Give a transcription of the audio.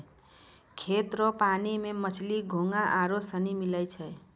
खेत रो पानी मे मछली, घोंघा आरु सनी मिलै छै